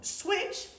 switch